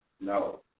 No